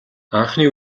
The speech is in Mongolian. анхны